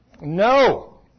No